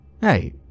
Hey